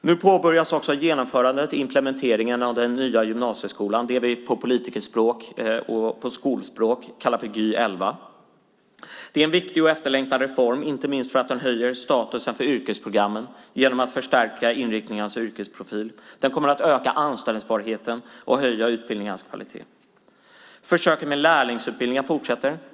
Nu påbörjas också genomförandet och implementeringen av den nya gymnasieskolan, det vi på politikerspråk och på skolspråk kallar Gy 11. Det är en viktig och efterlängtad reform, inte minst för att den höjer statusen för yrkesprogrammen genom att förstärka inriktningarnas yrkesprofil. Den kommer att öka anställningsbarheten och höja utbildningarnas kvalitet. Försöken med lärlingsutbildningar fortsätter.